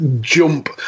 jump